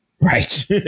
Right